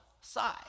side